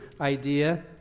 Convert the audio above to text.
idea